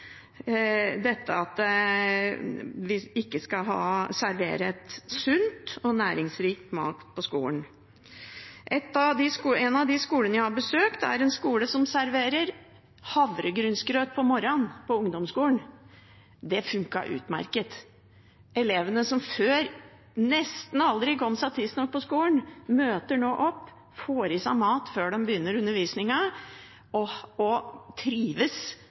at vi ikke skal servere sunn og næringsrik mat på skolen. En av de skolene jeg har besøkt, er en ungdomsskole som serverer havregrynsgrøt på morgenen. Det fungerer utmerket. Elever som før nesten aldri kom seg tidsnok på skolen, møter nå opp, får i seg mat før de begynner undervisningen og trives